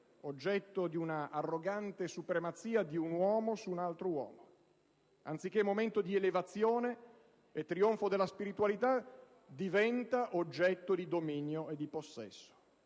oggetto di una arrogante supremazia di un uomo su un altro uomo. Anziché momento di elevazione e trionfo della spiritualità, diventa oggetto di dominio e di possesso